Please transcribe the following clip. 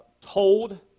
told